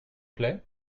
plait